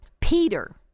Peter